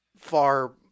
far